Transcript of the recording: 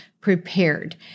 prepared